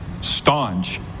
staunch